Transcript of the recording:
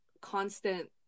constant